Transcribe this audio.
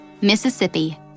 Mississippi